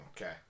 Okay